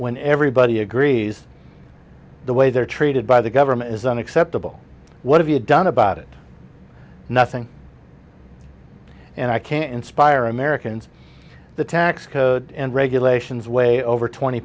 when everybody agrees the way they're treated by the government is unacceptable what have you done about it nothing and i can't inspire americans the tax code and regulations way over twenty